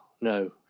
no